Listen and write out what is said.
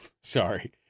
Sorry